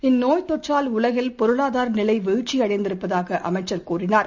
இந்நோய்த் தொற்றால் உலகில் பொருளாதாரநிலைவீழ்ச்சியடைந்திருப்பதாகஅமைச்சர் கூறினார்